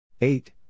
Eight